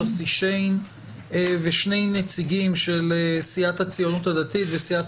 יוסי שיין ושני נציגים של סיעת הציונות הדתית וסיעת